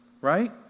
right